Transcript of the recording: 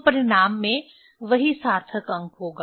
तो परिणाम में वही सार्थक अंक होगा